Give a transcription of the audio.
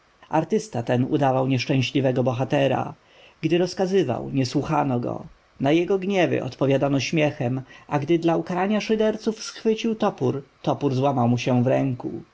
artysta ten udawał nieszczęśliwego bohatera gdy rozkazywał nie słuchano go na jego gniewy odpowiadano śmiechem a gdy dla ukarania szyderców schwycił za topór topór złamał mu się w rękach